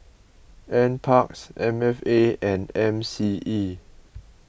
N Parks M F A and M C E